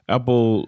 Apple